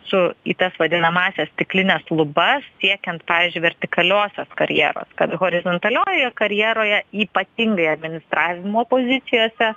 su į tas vadinamąsias stiklines lubas siekiant pavyzdžiui vertikaliosios karjeros kad horizontaliojoje karjeroje ypatingai administravimo pozicijose